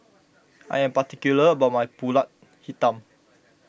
I am particular about my Pulut Hitam